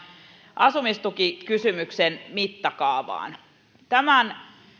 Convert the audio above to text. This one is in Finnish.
asumistukikysymyksen mittakaavaan tämän